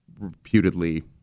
reputedly